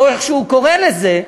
או איך שהוא קורא לזה,